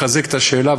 לחזק את השאלה,